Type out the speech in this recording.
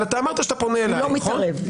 הוא לא מתערב.